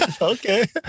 Okay